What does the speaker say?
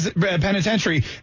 penitentiary